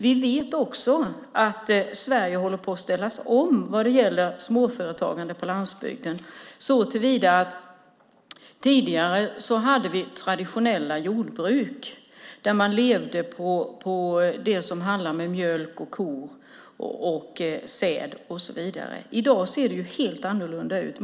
Vi vet också att Sverige håller på att ställas om vad gäller småföretagande på landsbygden, såtillvida att det tidigare fanns traditionella jordbruk med mjölkkor, säd och så vidare. I dag ser det helt annorlunda ut.